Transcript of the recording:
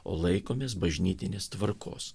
o laikomės bažnytinės tvarkos